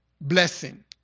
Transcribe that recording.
blessing